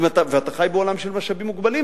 ואתה חי בעולם של משאבים מוגבלים,